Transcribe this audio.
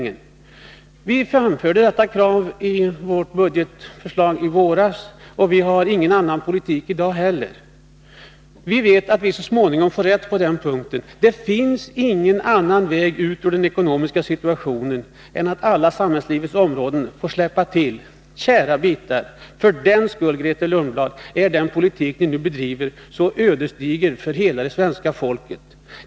Vi framförde detta krav i vårt budgetförslag i våras, och vi har ingen annan politik i dag heller. Vi vet att vi så småningom får rätt på den punkten. Det finns ingen annan väg ut ur den ekonomiska situationen än att alla samhällslivets områden får släppa till kära bitar. För den skull, Grethe Lundblad, är den politik ni nu bedriver ödesdiger för hela det svenska folket.